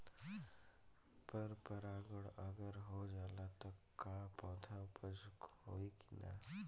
पर परागण अगर हो जाला त का पौधा उपज होई की ना?